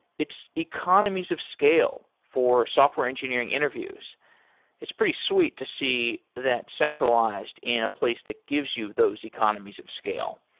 its economies of scale for software engineering interviews is pretty sweet to see that centralized in a place that gives you those economies of scale.